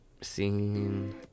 scene